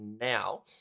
now